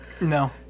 No